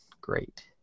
great